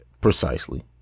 precisely